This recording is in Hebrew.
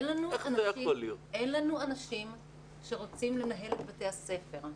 אין לנו אנשים שרוצים לנהל את בתי הספר.